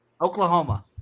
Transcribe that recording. Oklahoma